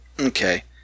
Okay